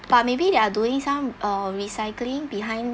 but maybe they're doing some uh recycling behind